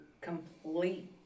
complete